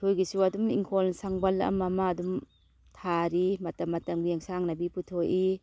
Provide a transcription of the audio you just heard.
ꯑꯩꯈꯣꯏꯒꯤꯁꯨ ꯑꯗꯨꯝ ꯏꯪꯈꯣꯜ ꯁꯪꯕꯜ ꯑꯃꯃ ꯑꯗꯨꯝ ꯊꯥꯔꯤ ꯃꯇꯝ ꯃꯇꯝꯒꯤ ꯌꯦꯟꯁꯥꯡ ꯅꯥꯄꯤ ꯄꯨꯊꯣꯛꯏ